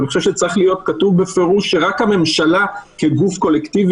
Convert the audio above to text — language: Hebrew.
ואני חושב שצריך להיות כתוב בפירוש שרק הממשלה כגוף קולקטיבי